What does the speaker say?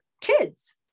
kids